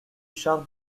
char